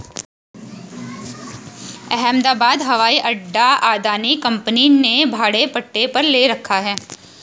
अहमदाबाद हवाई अड्डा अदानी कंपनी ने भाड़े पट्टे पर ले रखा है